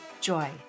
joy